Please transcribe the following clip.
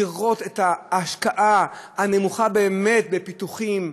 לראות את ההשקעה הנמוכה באמת בפיתוחים,